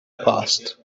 passed